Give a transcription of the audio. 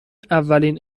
اولین